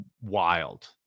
wild